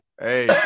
Hey